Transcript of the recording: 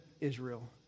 Israel